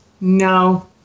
No